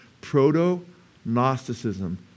proto-Gnosticism